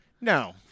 No